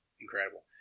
Incredible